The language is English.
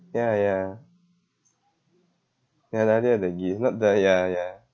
ya ya ya rather than the gift not the ya ya